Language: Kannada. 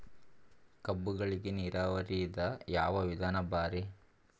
ಕಬ್ಬುಗಳಿಗಿ ನೀರಾವರಿದ ಯಾವ ವಿಧಾನ ಭಾರಿ?